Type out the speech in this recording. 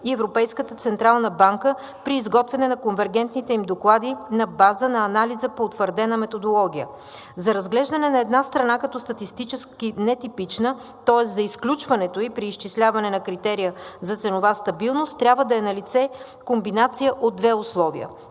и Европейската централна банка при изготвяне на конвергентните им доклади на база на анализа по утвърдена методология. За разглеждане на една страна като статистически нетипична, тоест за изключването ѝ при изчисляване на критерия за ценова стабилност, трябва да е налице комбинация от две условия: